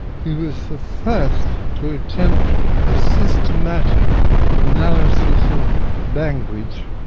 he was the first to attempt a systematic analysis of language,